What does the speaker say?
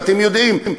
ואתם יודעים,